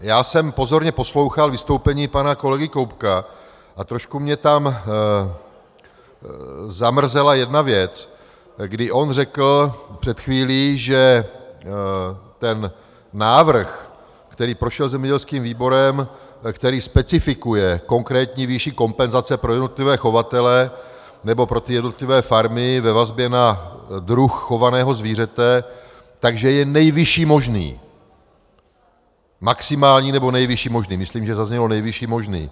Já jsem pozorně poslouchal vystoupení pana kolegy Koubka a trošku mě tam zamrzela jedna věc, kdy on před chvílí řekl, že návrh, který prošel zemědělským výborem, který specifikuje konkrétní výši kompenzace pro jednotlivé chovatele, nebo pro jednotlivé farmy ve vazbě na druh chovaného zvířete, je nejvyšší možný maximální, myslím, že zaznělo nejvyšší možný.